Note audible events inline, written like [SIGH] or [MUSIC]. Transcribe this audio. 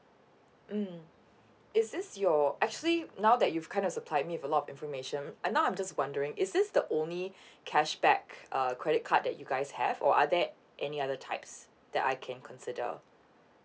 mm is this your actually now that you've kind of supply me with a lot of information and now I'm just wondering is this the only [BREATH] cashback err credit card that you guys have or are there any other types that I can consider